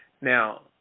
Now